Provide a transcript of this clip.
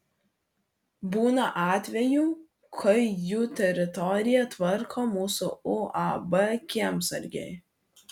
būna atvejų kai jų teritoriją tvarko mūsų uab kiemsargiai